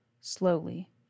Slowly